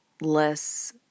less